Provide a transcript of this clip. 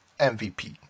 MVP